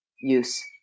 use